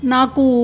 Naku